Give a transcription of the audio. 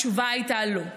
התשובה הייתה: לא.